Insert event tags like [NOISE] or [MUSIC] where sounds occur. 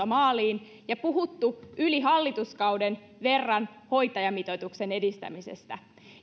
[UNINTELLIGIBLE] maaliin ja puhuttu yli hallituskauden verran hoitajamitoituksen edistämisestä